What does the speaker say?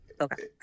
Okay